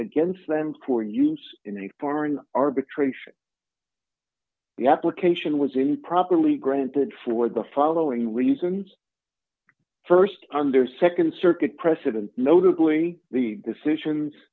against them for use in a foreign arbitration the application was improperly granted for the following reasons st under nd circuit precedent notably the decisions